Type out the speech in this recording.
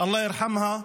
אללה ירחם עליה.